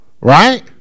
Right